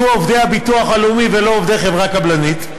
יהיו עובדי הביטוח הלאומי ולא עובדי חברה קבלנית.